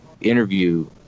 interview